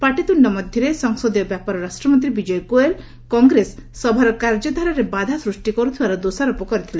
ପାଟିତୃଣ୍ଣ ମଧ୍ୟରେ ସଂସଦୀୟ ବ୍ୟାପାର ରାଷ୍ଟ୍ରମନ୍ତ୍ରୀ ବିଜୟ ଗୋଏଲ୍ କଂଗ୍ରେସ ସଭାର କାର୍ଯ୍ୟ ଧାରାରେ ବାଧା ସୃଷ୍ଟି କର୍ତ୍ତିବାର ଦୋଷାରୋପ କରିଥିଲେ